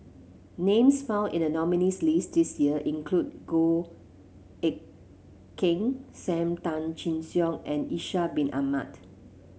names found in the nominees' list this year include Goh Eck Kheng Sam Tan Chin Siong and Ishak Bin Ahmad